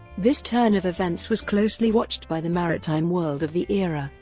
this turn of events was closely watched by the maritime world of the era,